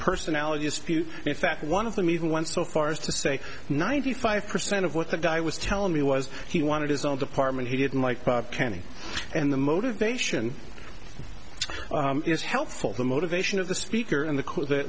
personality dispute in fact one of them even went so far as to say ninety five percent of what the guy was telling me was he wanted his own department he didn't like kenny and the motivation is helpful the motivation of the speaker and the